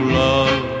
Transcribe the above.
love